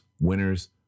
Winners